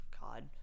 God